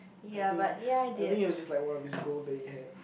I think I think it was just like one of this goals that you had